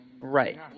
Right